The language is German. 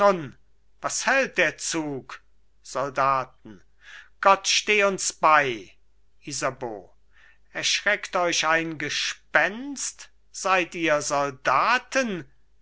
was hält der zug soldaten gott steh uns bei isabeau erschreckt euch ein gespenst seid ihr soldaten